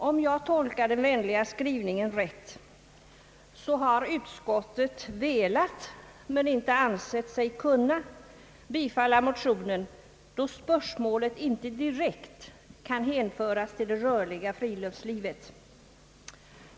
Om jag har tolkat den vänliga skrivningen rätt, har utskottet velat men inte ansett sig kunna bifalla motionen, eftersom spörsmålet inte direkt kan hänföras till det rörliga friluftslivet.